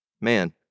man